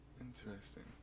Interesting